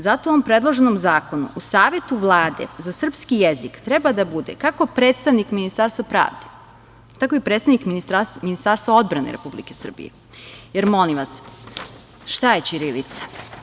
Zato u ovom predloženom zakonu u Savetu Vlade za srpski jezik treba da bude kako predstavnik Ministarstva pravde, tako i predstavnik Ministarstva odbrane Republike Srbije jer, molim vas, šta je ćirilica?